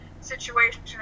situation